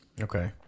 Okay